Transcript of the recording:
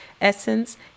Essence